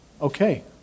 okay